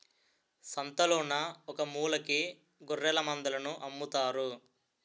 సంతలోన ఒకమూలకి గొఱ్ఱెలమందలను అమ్ముతారు